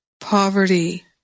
poverty